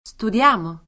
Studiamo